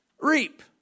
Reap